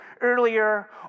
earlier